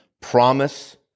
promise